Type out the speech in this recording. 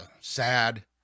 sad